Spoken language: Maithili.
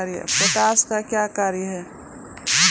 पोटास का क्या कार्य हैं?